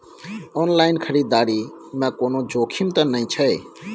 Online खरीददारी में कोनो जोखिम त नय छै?